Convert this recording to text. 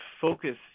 focus